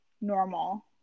normal